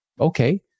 Okay